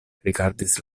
rigardis